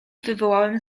wywołałem